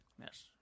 Yes